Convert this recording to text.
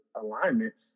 alignments